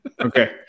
Okay